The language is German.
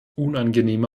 unangenehme